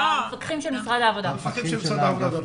המפקחים של משרד העבודה.